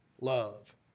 love